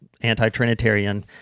anti-Trinitarian